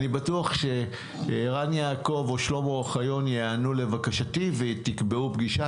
אני בטוח שערן יעקב או שלמה אוחיון ייענו לבקשתי ותקבעו פגישה,